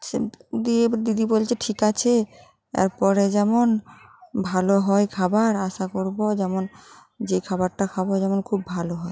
সে দিয়ে দিদি বলছে ঠিক আছে এরপরে যেমন ভালো হয় খাবার আশা করবো যেমন যে খাবারটা খাবো যেমন খুব ভালো হয়